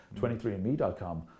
23andMe.com